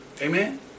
Amen